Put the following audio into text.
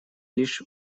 лишь